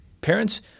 parents